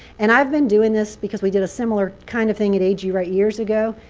and i've been doing this. because we did a similar kind of thing at ag wright years ago.